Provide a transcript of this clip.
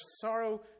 sorrow